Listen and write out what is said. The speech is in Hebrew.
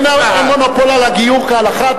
אין מונופול על הגיור כהלכה,